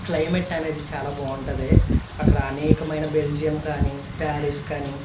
climate అనేది చాలా బాగుంటుంది అక్కడ అనేకమైన బెల్జియం కానీ ప్యారిస్ కానీ